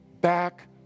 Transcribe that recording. back